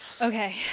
Okay